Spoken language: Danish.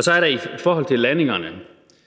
Så er der noget i forhold til landingerne.